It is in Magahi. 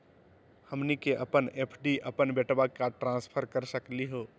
हमनी के अपन एफ.डी अपन बेटवा क ट्रांसफर कर सकली हो?